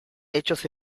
hechos